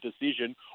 decision